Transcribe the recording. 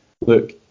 Look